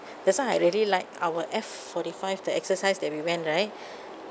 that's why I really like our F forty five the exercise that we went right